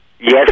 Yes